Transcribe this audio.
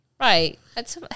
Right